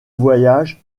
voyage